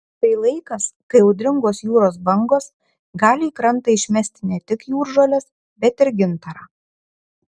tai laikas kai audringos jūros bangos gali į krantą išmesti ne tik jūržoles bet ir gintarą